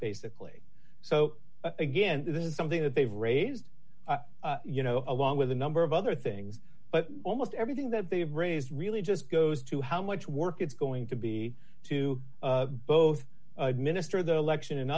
basically so again this is something that they've raised you know along with a number of other things but almost everything that they've raised really just goes to how much work it's going to be to both administer the election